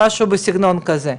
משהו בסגנון הזה.